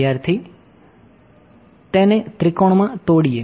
વિદ્યાર્થી તેને ત્રિકોણ માં તોડીએ